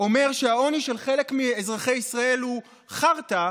אומר שהעוני של חלק מאזרחי ישראל הוא חרטא,